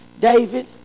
David